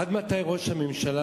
עד מתי ראש הממשלה,